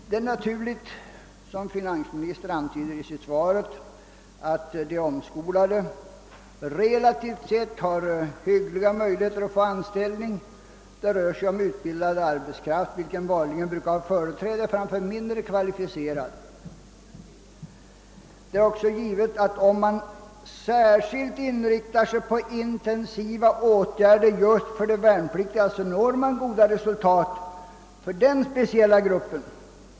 Det är naturligt, som finansministern antyder i svaret, att de omskolade relativt sett har hyggliga möjligheter att få anställning. Det rör sig ju om utbildad arbetskraft, vilken vanligen lämnas företräde framför mindre kvalificerad. Det är också givet att om man särskilt inriktar sig på intensiva åtgärder just för de värnpliktiga, når man goda resultat för denna speciella grupp.